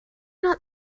not